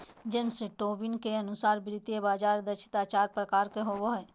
James Tobin के अनुसार वित्तीय बाजार दक्षता चार प्रकार के होवो हय